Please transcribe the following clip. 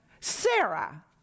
Sarah